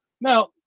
Now –